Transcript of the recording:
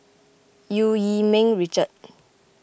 Eu Yee Ming Richard